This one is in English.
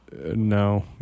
no